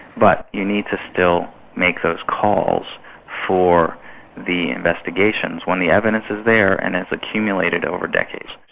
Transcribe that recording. but you need to still make those calls for the investigations when the evidence is there and has accumulated over decades.